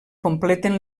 completen